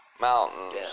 Mountains